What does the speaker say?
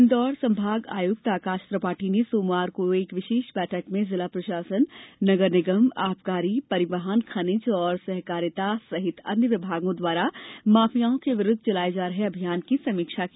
इंदौर संभाग आयुक्त आकाष त्रिपाठी ने सोमवार को एक विषेष बैठक में जिला प्रषासन नगर निगम आबकारी परिवहन खनिज और सहकारिता सहित अन्य विभागों दवारा माफियाओं के विरुध्द चलाए जा रहे अभियान की समीक्षा की